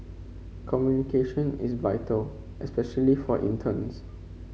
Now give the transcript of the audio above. communication is vital especially for interns